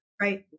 Right